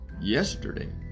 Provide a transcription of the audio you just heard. yesterday